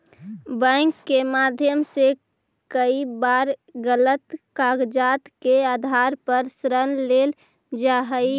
bank के माध्यम से कई बार गलत कागजात के आधार पर ऋण लेल जा हइ